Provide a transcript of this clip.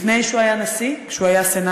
לפני שהוא היה נשיא, כשהוא היה סנטור.